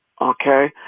Okay